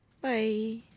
Bye